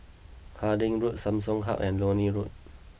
Harding Road Samsung Hub and Leonie Road